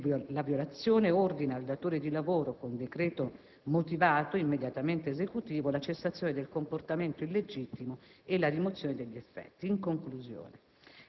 la violazione, ordina al datore di lavoro con decreto motivato immediatamente esecutivo, la cessazione del comportamento illegittimo e la rimozione degli effetti. In conclusione,